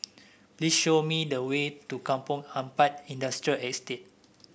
please show me the way to Kampong Ampat Industrial Estate